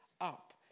up